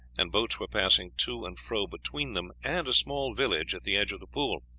and boats were passing to and fro between them and a small village at the edge of the pool.